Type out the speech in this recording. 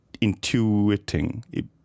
intuiting